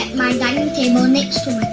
my dining table next